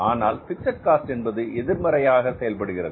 ஆனால் fixed cost என்பது எதிர்மறையாக செயல்படுகிறது